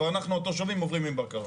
ואנחנו התושבים עוברים עם בקרה.